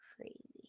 crazy